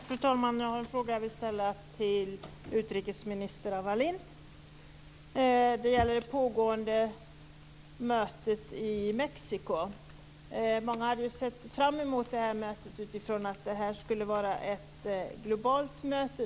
Fru talman! Jag har en fråga som jag vill ställa till utrikesminister Anna Lindh. Det gäller det pågående mötet i Mexiko. Många hade sett fram emot mötet eftersom det skulle vara ett globalt möte.